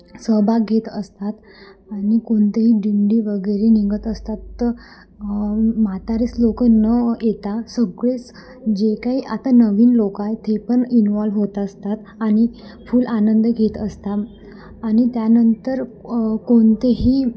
सहभाग घेत असतात आणि कोणतेही दिंडी वगैरे निघत असतात तर म्हातारेच लोक न येता सगळेच जे काही आता नवीन लोकं आहे ते पण इन्वॉल्व होत असतात आणि फुल आनंद घेत असतात आणि त्यानंतर कोणतेही